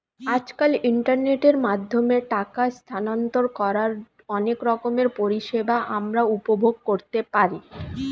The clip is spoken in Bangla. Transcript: আজকাল ইন্টারনেটের মাধ্যমে টাকা স্থানান্তর করার অনেক রকমের পরিষেবা আমরা উপভোগ করতে পারি